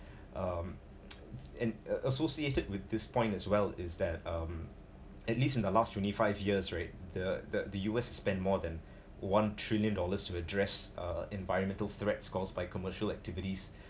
um and uh associated with this point as well is that um at least in the last twenty five years right the the the U_S spent more than one trillion dollars to address uh environmental threats caused by commercial activities